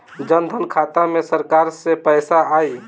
जनधन खाता मे सरकार से पैसा आई?